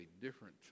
different